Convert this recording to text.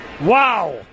Wow